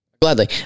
gladly